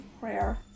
prayer